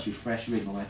等一下我去找